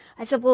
i said, well,